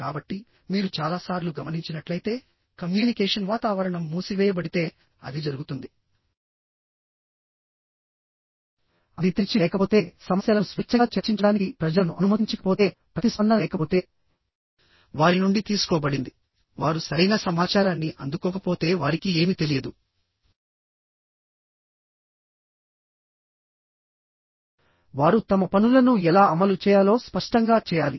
కాబట్టి మీరు చాలా సార్లు గమనించినట్లయితే కమ్యూనికేషన్ వాతావరణం మూసివేయబడితే అది జరుగుతుందిఅది తెరిచి లేకపోతేసమస్యలను స్వేచ్ఛగా చర్చించడానికి ప్రజలను అనుమతించకపోతే ప్రతిస్పందన లేకపోతే వారి నుండి తీసుకోబడింది వారు సరైన సమాచారాన్ని అందుకోకపోతేవారికి ఏమి తెలియదు వారు తమ పనులను ఎలా అమలు చేయాలో స్పష్టంగా చేయాలి